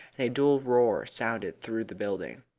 a dull roar sounded through the building.